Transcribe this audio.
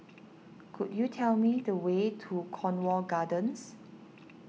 could you tell me the way to Cornwall Gardens